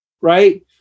Right